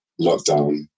lockdown